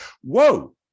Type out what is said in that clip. whoa